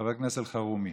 חבר הכנסת אלחרומי,